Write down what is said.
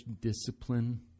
discipline